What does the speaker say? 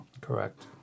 Correct